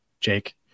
Jake